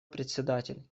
председатель